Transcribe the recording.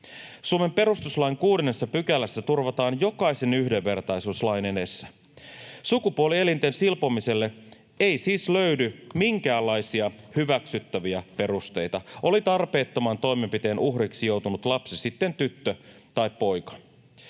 Suomen perustuslain 6 §:ssä turvataan jokaisen yhdenvertaisuus lain edessä. Sukupuolielinten silpomiselle ei siis löydy minkäänlaisia hyväksyttäviä perusteita, oli tarpeettoman toimenpiteen uhriksi joutunut lapsi sitten tyttö tai poika.